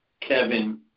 Kevin